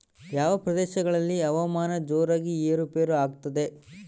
ಯಾವ ಪ್ರದೇಶಗಳಲ್ಲಿ ಹವಾಮಾನ ಜೋರಾಗಿ ಏರು ಪೇರು ಆಗ್ತದೆ?